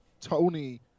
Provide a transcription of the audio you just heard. Tony